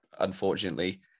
Unfortunately